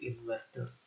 investors